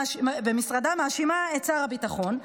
מאשימה את שר הביטחון,